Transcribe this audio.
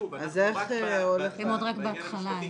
אז איך זה הולך --- הם עוד רק בהתחלה.